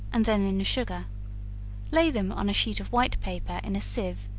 and then in the sugar lay them on a sheet of white paper in a sieve,